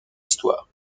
histoire